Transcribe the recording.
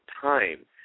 time